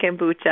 kombucha